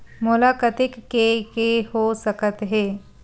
मोला कतेक के के हो सकत हे?